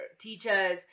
teachers